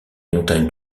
montagnes